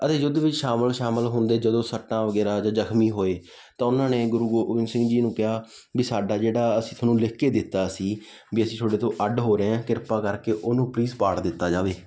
ਅਤੇ ਯੁੱਧ ਵਿੱਚ ਸ਼ਾਮਿਲ ਸ਼ਾਮਿਲ ਹੁੰਦੇ ਜਦੋਂ ਸੱਟਾਂ ਵਗੈਰਾ ਜਾਂ ਜ਼ਖਮੀ ਹੋਏ ਤਾਂ ਉਹਨਾਂ ਨੇ ਗੁਰੂ ਗੋਬਿੰਦ ਸਿੰਘ ਜੀ ਨੂੰ ਕਿਹਾ ਵੀ ਸਾਡਾ ਜਿਹੜਾ ਅਸੀਂ ਤੁਹਾਨੂੰ ਲਿਖ ਕੇ ਦਿੱਤਾ ਸੀ ਵੀ ਅਸੀਂ ਤੁਹਾਡੇ ਤੋਂ ਅੱਡ ਹੋ ਰਹੇ ਹਾਂ ਕਿਰਪਾ ਕਰਕੇ ਉਹਨੂੰ ਪਲੀਜ਼ ਪਾੜ ਦਿੱਤਾ ਜਾਵੇ